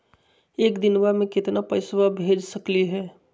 एक दिनवा मे केतना पैसवा भेज सकली हे?